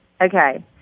Okay